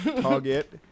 Target